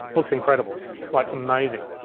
looks incredible. it's like amazing.